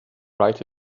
write